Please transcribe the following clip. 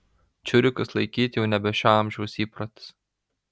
čiurikus laikyti jau nebe šio amžiaus įprotis